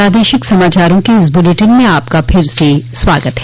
प्रादेशिक समाचारों के इस बुलेटिन में आपका फिर से स्वागत है